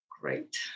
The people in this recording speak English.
great